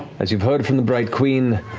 as you've heard from the bright queen,